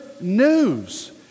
news